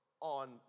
on